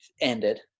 ended